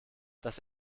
das